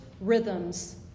rhythms